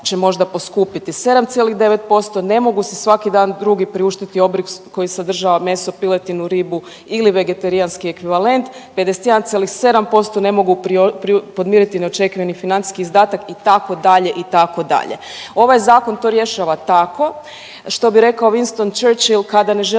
7,9% ne mogu si svaki dan drugi priuštiti obrok koji sadržava meso, piletinu, ribu ili vegetarijanski ekvivalent. 51,7% ne mogu podmiriti neočekivani financijski izdatak itd. itd. Ovaj zakon to rješava tako što bi rekao Winston Churchill kada ne želiš